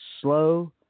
Slow